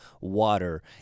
water